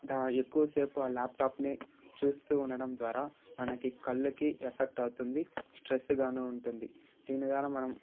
దా ఎక్కువసేపు ఆ ల్యాప్టాప్నే చూస్తు ఉండడం ద్వారా మనకి కళ్ళకి ఎఫెక్ట్ అవుతుంది స్ట్రెస్ గాను ఉంటుంది దీని ద్వారా మనం